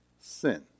sin